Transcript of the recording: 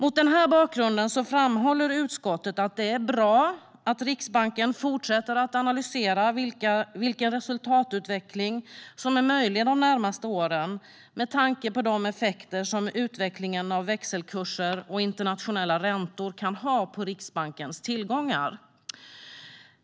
Utskottet framhåller mot denna bakgrund att det är bra att Riksbanken fortsätter att analysera vilken resultatutveckling som är möjlig de närmaste åren med tanke på de effekter som utvecklingen av växelkurser och internationella räntor kan ha på Riksbankens tillgångar.